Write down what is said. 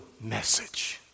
message